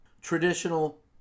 traditional